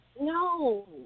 No